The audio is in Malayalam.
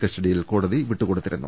കസ്റ്റഡിയിൽ കോടതി വിട്ടുകൊടുത്തിരുന്നു